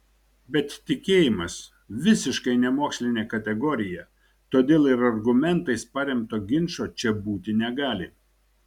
bet tikėjimas visiškai nemokslinė kategorija todėl ir argumentais paremto ginčo čia būti negali